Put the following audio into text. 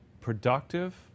productive